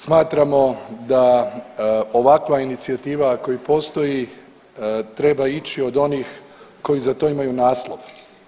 Smatramo da ovakva inicijativa ako i postoji treba ići od onih koji za to imaju naslov.